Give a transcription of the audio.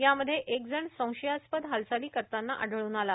यामध्ये एक जण संशयास्पद हालचाली करताना आढळून आलं